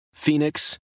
Phoenix